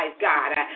God